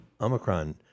Omicron